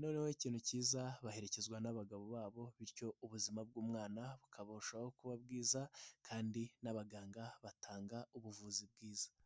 noneho ikintu kiza baherekezwa n'abagabo babo, bityo ubuzima bw'umwana bukarushaho kuba bwiza kandi n'abaganga batanga ubuvuzi bwiza.